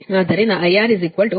ಆದ್ದರಿಂದ IR 0